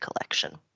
collection